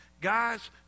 guys